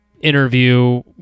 interview